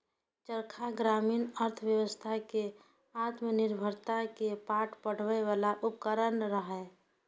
चरखा ग्रामीण अर्थव्यवस्था कें आत्मनिर्भरता के पाठ पढ़बै बला उपकरण रहै